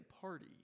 party